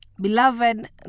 Beloved